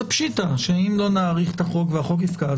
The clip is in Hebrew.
זה פשיטא שאם לא נאריך את החוק והחוק יפקע,